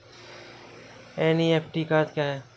NEFT का अर्थ क्या है?